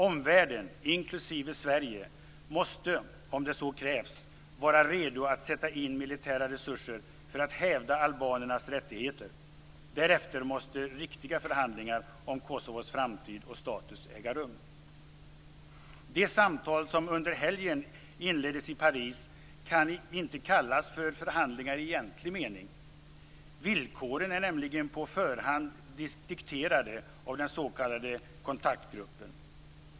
Omvärlden, inklusive Sverige, måste, om det så krävs, vara redo att sätta in militära resurser för att hävda albanerans rättigheter. Därefter måste riktiga förhandlingar om Kosovos framtid och status äga rum. De samtal som under helgen inleddes i Paris kan inte kallas för förhandlingar i egentlig mening. Villkoren är nämligen på förhand dikterade av den s.k.